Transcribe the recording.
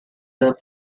the